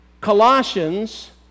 Colossians